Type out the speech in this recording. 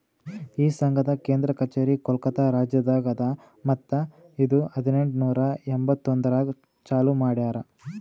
ಈ ಸಂಘದ್ ಕೇಂದ್ರ ಕಚೇರಿ ಕೋಲ್ಕತಾ ರಾಜ್ಯದಾಗ್ ಅದಾ ಮತ್ತ ಇದು ಹದಿನೆಂಟು ನೂರಾ ಎಂಬತ್ತೊಂದರಾಗ್ ಚಾಲೂ ಮಾಡ್ಯಾರ್